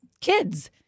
kids